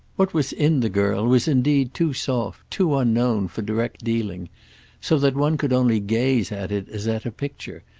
what was in the girl was indeed too soft, too unknown for direct dealing so that one could only gaze at it as at a picture,